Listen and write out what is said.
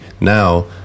Now